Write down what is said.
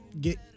get